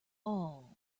all